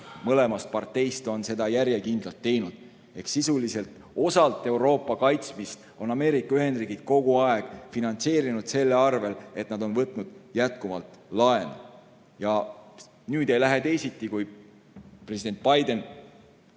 mõlemast parteist on seda järjekindlalt teinud. Sisuliselt on Euroopa kaitsmist Ameerika Ühendriigid kogu aeg osaliselt finantseerinud selle hinnaga, et nad on võtnud jätkuvalt laenu. Ja nüüd ei lähe teisiti, kui president Biden